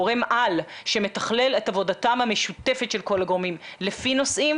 גורם-על שמתכלל את עבודתם המשותפת של כל הגורמים לפי נושאים,